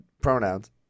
Pronouns